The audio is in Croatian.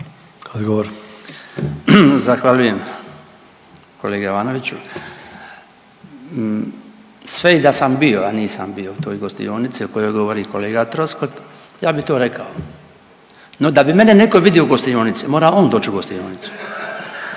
(HDZ)** Zahvaljujem. Kolega Ivanoviću, sve i da sam bio, a nisam bio u toj gostionici o kojoj govori kolega Troskot ja bi to rekao. No da bi mene neko vidio u gostionici mora on doć u gostionicu,